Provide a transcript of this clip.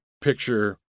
picture